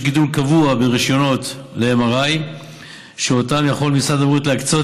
יש גידול קבוע ברישיונות ל-MRI שאותם יכול משרד הבריאות להקצות